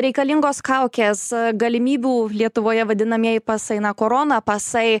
reikalingos kaukės galimybių lietuvoje vadinamieji pasai na korona pasai